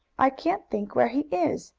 i can't think where he is,